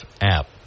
app